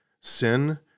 sin